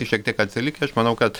ir šiek tiek atsilikę aš manau kad